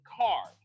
card